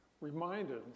reminded